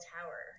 Tower